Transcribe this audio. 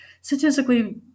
statistically